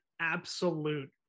absolute